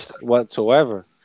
Whatsoever